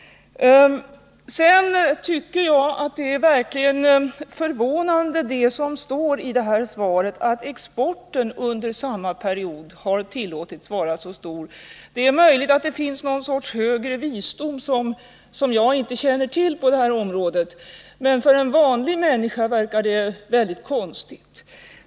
Det är verkligen förvånande när det sägs i svaret att exporten under den aktuella perioden har tillåtits vara så stor. Möjligen finns det någon sorts högre visdom som jag inte känner till på det här området. Men för en vanlig människa verkar det väldigt konstigt.